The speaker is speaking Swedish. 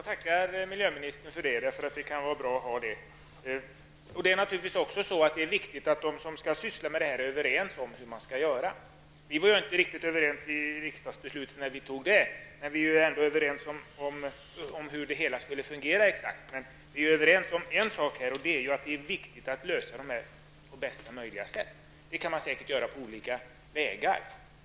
Herr talman! Jag tackar miljöministern för det. Det är naturligtvis viktigt att de som skall syssla med detta är överens om hur de skall göra. Vi var inte riktigt överens när vi fattade riksdagsbeslutet, men vi är nu ense om att det är viktigt att lösa frågorna på bästa möjliga sätt. Detta kan säkerligen ske på olika vägar.